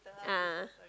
a'ah ah